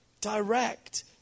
direct